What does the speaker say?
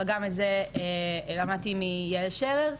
אבל גם את זה למדתי מיעל שרר,